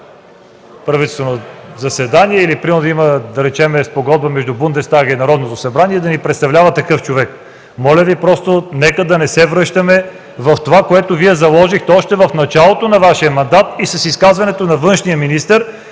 правителствено заседание или примерно има Спогодба между Бундестага и Народното събрание, да ни представлява такъв човек. Моля, нека да не се връщаме в това, което Вие заложихте още в началото на Вашия мандат – и с изказването на външния министър,